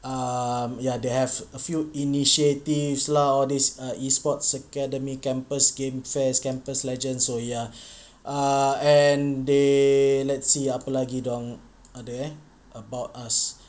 um ya they have err few initiatives lah all this err E sports academy campus game fest campus legend so ya err and they let see apa lagi dia orang ada eh about us